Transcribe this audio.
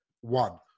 One